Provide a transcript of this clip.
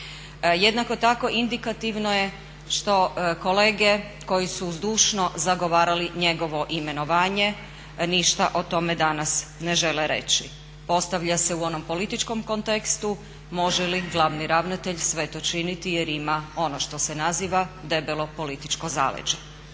Jednako tako indikativno je što kolege koji su zdušno zagovarali njegovo imenovanje ništa o tome danas ne žele reći. Postavlja se u onom političkom kontekstu može li glavni ravnatelj sve to činiti jer ima ono što se naziva debelo političko zaleđe?